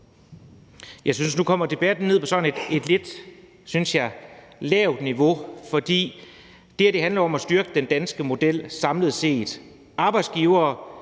Jeg synes, at debatten nu kommer ned på sådan et lidt lavt niveau, for det her handler jo om at styrke den danske model samlet set. Arbejdsgivere